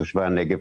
תושבי הנגב,